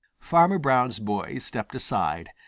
farmer brown's boy stepped aside,